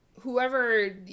whoever